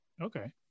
Okay